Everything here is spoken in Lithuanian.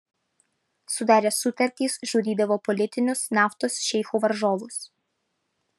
sudaręs sutartis žudydavo politinius naftos šeichų varžovus